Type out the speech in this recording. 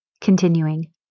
Continuing